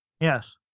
Yes